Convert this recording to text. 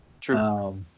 True